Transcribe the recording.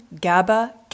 GABA